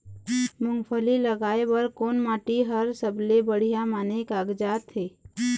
मूंगफली लगाय बर कोन माटी हर सबले बढ़िया माने कागजात हे?